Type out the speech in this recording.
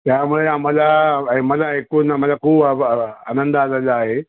त्यामुळे आम्हाला मला ऐकून मला खूप आ आनंद झालेला आहे